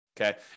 okay